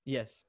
Yes